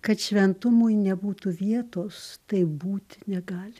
kad šventumui nebūtų vietos tai būti negali